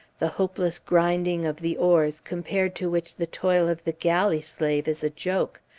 the hopeless gfrinding of the oars compared to which the toil of the galley slave is a joke,